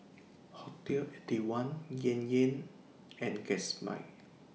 Hotel Eighty One Yan Yan and Gatsby